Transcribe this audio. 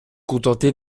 contenter